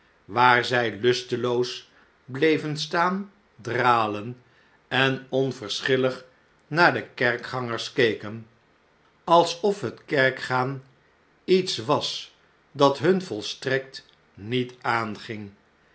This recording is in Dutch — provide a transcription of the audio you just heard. waar zij lusteloos bleven staan dralen en onverschillig naar de kerkgangers keken alsof het kerkgaan iets was dat bun volstrekt niet aanging